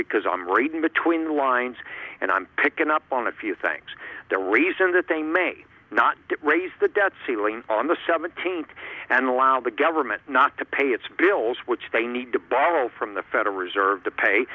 because i'm reading between the lines and i'm picking up on a few things the reason that they may not get raised the debt ceiling on the seventeenth and allow the government not to pay its bills which they need to borrow from the federal reserve to pay